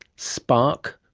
spark,